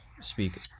speak